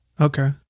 Okay